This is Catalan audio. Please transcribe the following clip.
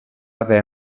haver